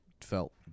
felt